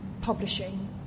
publishing